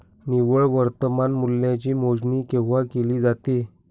निव्वळ वर्तमान मूल्याची मोजणी केव्हा केली जाते?